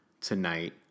tonight